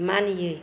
मानियै